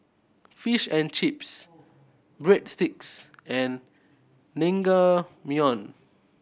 Fish and Chips Breadsticks and